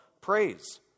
praise